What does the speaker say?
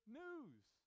news